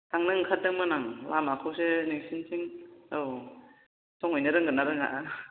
थांनो ओंखारदोंमोन आं लामाखौसो नोंसिनिथिं औ संहैनो रोंगोन ना रोङा